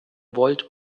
wollt